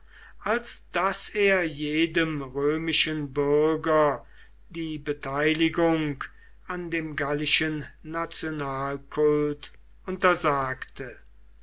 als daß er jedem römischen bürger die beteiligung an dem gallischen nationalkult untersagte